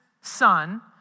son